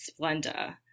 Splenda